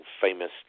famous